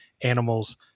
animals